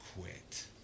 quit